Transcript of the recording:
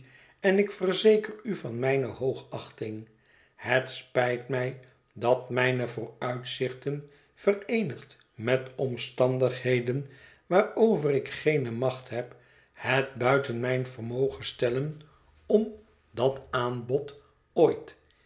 en ik verzeker u van mijne hoogachting het spijt mij dat mijne vooruitzichten vereenigd met omstandigheden waarover ik geene macht heb het buiten mijn vermogen stellen om dat aanbod ooit